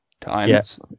times